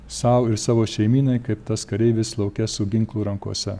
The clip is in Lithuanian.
sau ir savo šeimynai kaip tas kareivis lauke su ginklu rankose